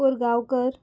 Korgaonkar